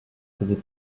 faisait